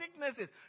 sicknesses